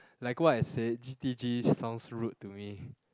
like what I said G_T_G sounds rude to me